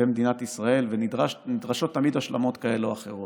במדינת ישראל ונדרשות תמיד השלמות כאלו או אחרות.